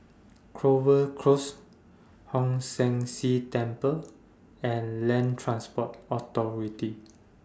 Clover Close Hong San See Temple and Land Transport Authority